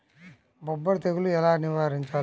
బొబ్బర తెగులు ఎలా నివారించాలి?